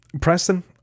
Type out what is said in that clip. Preston